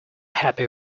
happy